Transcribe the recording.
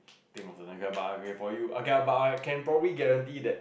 think of also okay for you okay but I can probably guarantee that